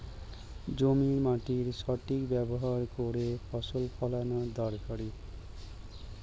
জমির মাটির সঠিক ব্যবহার করে ফসল ফলানো দরকারি